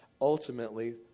ultimately